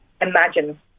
imagine